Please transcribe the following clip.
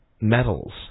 metals